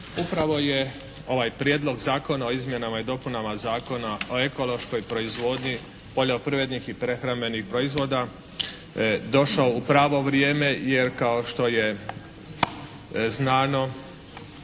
Upravo je ovaj Prijedlog zakona o izmjenama i dopunama Zakona o ekološkoj proizvodnji poljoprivrednih i prehrambenih proizvoda došao u pravo vrijeme jer kao što je znano